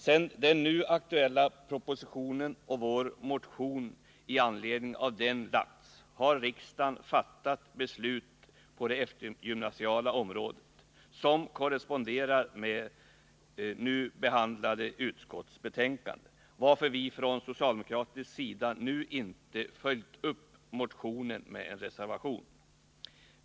Sedan den nu aktuella propositionen framlades och vår motion med anledning härav väcktes har riksdagen alltså fattat ett beslut när det gäller det eftergymnasiala området som korresponderar med det nu föreliggande utskottsförslaget. Vi har därför från socialdemokratisk sida nu inte följt upp motionen genom någon reservation.